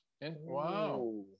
Wow